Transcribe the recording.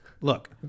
Look